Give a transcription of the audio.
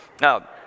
Now